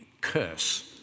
curse